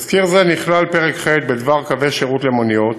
בתזכיר זה נכלל פרק ח' בדבר קווי שירות למוניות,